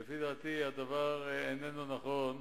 לפי דעתי, הדבר איננו נכון.